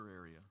area